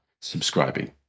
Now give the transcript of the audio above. subscribing